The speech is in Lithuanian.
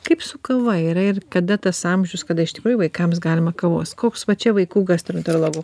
kaip su kava yra ir kada tas amžius kada iš tikrųjų vaikams galima kavos koks va čia vaikų gastroenterologų